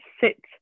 sit